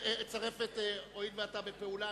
הואיל ואתה בפעולה,